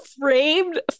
framed